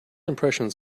impressions